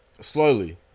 slowly